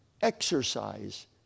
exercise